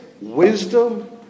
wisdom